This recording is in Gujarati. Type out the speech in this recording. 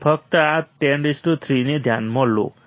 તો ફક્ત આ 103 ને ધ્યાનમાં લો